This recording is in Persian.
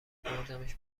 بردمش